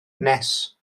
nes